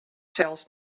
sels